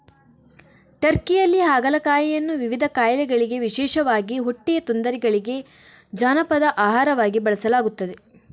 ಟರ್ಕಿಯಲ್ಲಿ ಹಾಗಲಕಾಯಿಯನ್ನು ವಿವಿಧ ಕಾಯಿಲೆಗಳಿಗೆ ವಿಶೇಷವಾಗಿ ಹೊಟ್ಟೆಯ ತೊಂದರೆಗಳಿಗೆ ಜಾನಪದ ಆಹಾರವಾಗಿ ಬಳಸಲಾಗುತ್ತದೆ